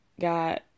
got